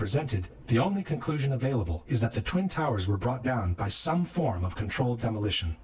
presented the only conclusion available is that the twin towers were brought down by some form of controlled demolition